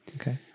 okay